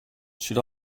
should